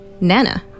Nana